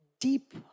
Deep